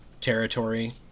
territory